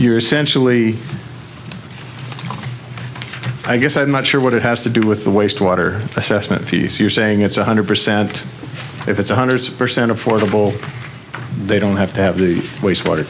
you're essentially i guess i'm not sure what it has to do with the waste water assessment you're saying it's one hundred percent if it's one hundred percent affordable they don't have to waste wate